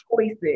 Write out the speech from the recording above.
choices